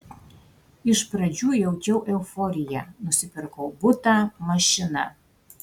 iš pradžių jaučiau euforiją nusipirkau butą mašiną